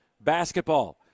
Basketball